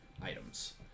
items